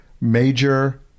Major